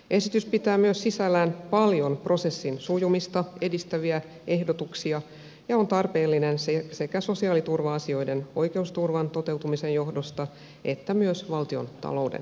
esitys pitää myös sisällään paljon prosessin sujumista edistäviä ehdotuksia ja on tarpeellinen sekä sosiaaliturva asioiden oikeusturvan toteutumisen johdosta että myös valtiontalouden kannalta